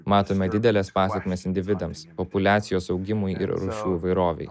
matome dideles pasekmes individams populiacijos augimui ir rūšių įvairovei